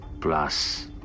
Plus